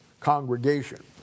Congregation